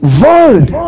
world